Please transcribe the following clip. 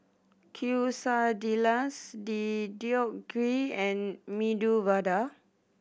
Quesadillas Deodeok Gui and Medu Vada